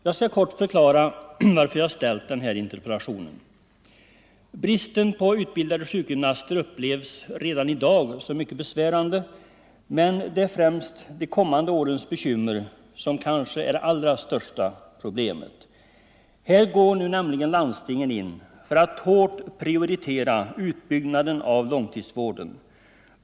Jag skall kort förklara varför jag ställt den här interpellationen. Bristen på utbildade sjukgymnaster upplevs redan i dag som mycket besvärande, men det är de kommande årens bekymmer som kanske är det allra största problemet. Här går nu landstingen in för att hårt prioritera utbyggnaden av långtidsvården.